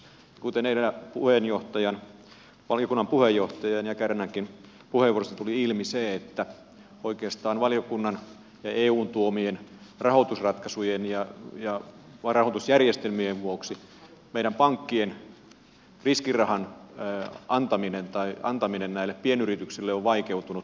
kuten edellä valiokunnan puheenjohtajan ja kärnänkin puheenvuoroista tuli ilmi oikeastaan valiokunnan ja eun tuomien rahoitusratkaisujen ja rahoitusjärjestelmien vuoksi meidän pankkien riskirahan antaminen pienyrityksille on vaikeutunut huomattavasti